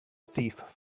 thief